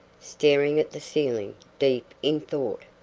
staring at the ceiling, deep in thought.